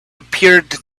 appeared